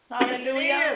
Hallelujah